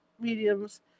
mediums